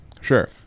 Sure